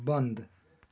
बंद